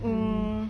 um